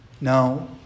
now